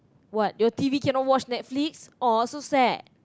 what your t_v cannot watch Netflix !aww! so sad